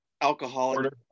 alcoholic